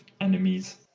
enemies